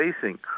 facing